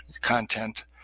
content